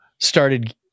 Started